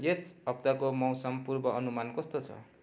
यस हप्ताको मौसम पूर्वानुमान कस्तो छ